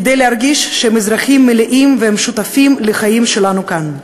כדי להרגיש שהם אזרחים מלאים והם שותפים לחיים שלנו כאן.